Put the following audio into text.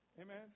Amen